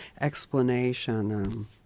explanation